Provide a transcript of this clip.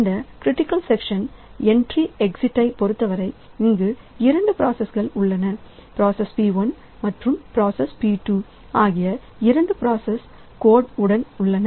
இந்த critical section entry exit ஐ பொருத்தவரை இங்கு இரண்டு ப்ராசஸ்கல் உள்ளனபிராசஸ் P1 மற்றும் பிராசஸ் P2 ஆகிய இரண்டு பிராசஸ் கோட் உடன் உள்ளன